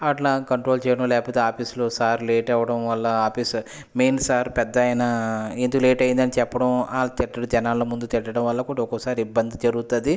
అట్లా కంట్రోల్ చేయడం లేకపోతే ఆఫీస్లో సార్ లేట్ అవ్వడం వల్ల ఆఫీస్ మెయిన్ సార్ పెద్దాయన ఎందుకు లేట్ అయ్యిందని చెప్పడం వాళ్ళు తిట్టులు జనాల ముందు తిట్టడం వల్ల కూడ ఒక్కోసారి ఇబ్బంది జరుగుతుంది